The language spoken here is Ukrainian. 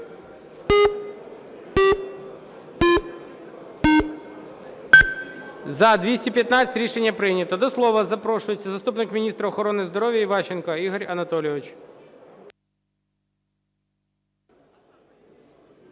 За-215 Рішення прийнято. До слова запрошується заступник міністра охорони здоров'я Іващенко Ігор Анатолійович.